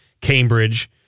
Cambridge